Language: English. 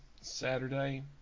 Saturday